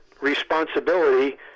responsibility